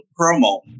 promo